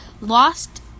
lost